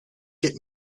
get